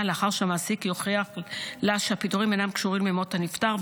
לאחר שהמעסיק יוכיח לה שהפיטורים אינם קשורים למות הנפטר,